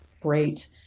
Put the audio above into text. great